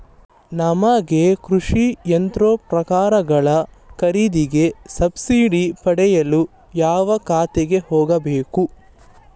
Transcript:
ನಮಗೆ ಕೃಷಿ ಯಂತ್ರೋಪಕರಣಗಳ ಖರೀದಿಗೆ ಸಬ್ಸಿಡಿ ಪಡೆಯಲು ಯಾವ ಇಲಾಖೆಗೆ ಹೋಗಬೇಕು?